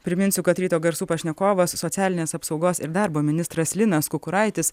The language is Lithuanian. priminsiu kad ryto garsų pašnekovas socialinės apsaugos ir darbo ministras linas kukuraitis